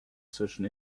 zwischen